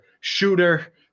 shooter